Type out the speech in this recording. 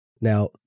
Now